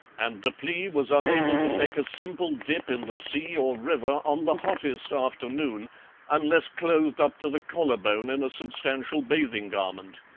and deplis was unable to take a simple dip in the sea or river on the hottest afternoon unless clothed up to the collarbone in a substantial bathing garment.